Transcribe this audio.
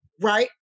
Right